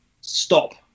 stop